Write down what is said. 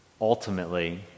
Ultimately